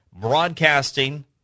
broadcasting